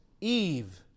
Eve